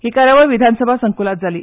ही कार्यावळ विधानसभा संक्लात जाली